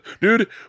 Dude